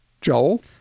Joel